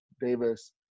Davis